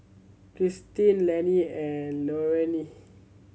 Cristine Lenny and Lorayne